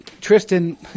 Tristan